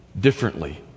differently